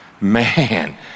Man